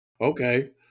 Okay